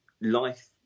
life